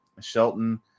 Shelton